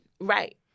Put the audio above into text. Right